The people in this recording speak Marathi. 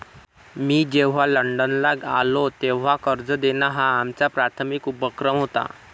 मी जेव्हा लंडनला आलो, तेव्हा कर्ज देणं हा आमचा प्राथमिक उपक्रम होता